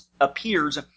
appears